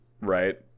Right